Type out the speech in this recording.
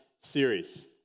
series